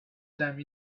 time